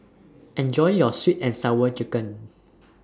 Enjoy your Sweet and Sour Chicken